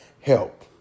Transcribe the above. help